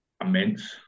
immense